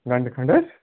گَنٛٹہٕ کھنٛڈ حظ